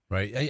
Right